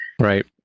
Right